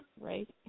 Right